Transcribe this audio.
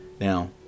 Now